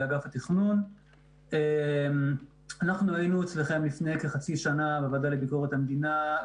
משרד הביטחון ומשרד האוצר יש לנו כבר כמה מסקנות